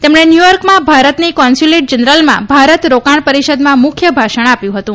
તેમણે ન્યૂયોક્રમાં ભારતની કોનસ્ચુલેટ જનરલમાં ભારત રોકાણ પરિષદમાં મુખ્ય ભાષણ આપ્યું હતું